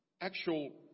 actual